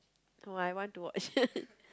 oh I want to watch